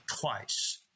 twice